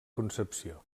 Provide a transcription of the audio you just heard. concepció